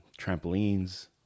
trampolines